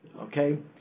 Okay